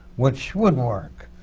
which would work.